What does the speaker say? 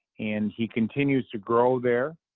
and he continues to grow there,